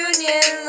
Union